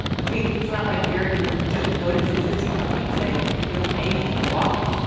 which means it's not like gary can just go to his existing company and say, if you don't pay me, i'm walking.